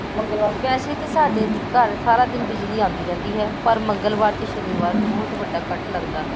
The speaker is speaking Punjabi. ਮੰਗਲਵਾਰ ਵੈਸੇ ਤਾਂ ਸਾਡੇ ਘਰ ਸਾਰਾ ਦਿਨ ਬਿਜਲੀ ਆਉਂਦੀ ਰਹਿੰਦੀ ਹੈ ਪਰ ਮੰਗਲਵਾਰ ਅਤੇ ਸ਼ਨੀਵਾਰ ਬਹੁਤ ਵੱਡਾ ਕੱਟ ਲੱਗਦਾ ਹੈ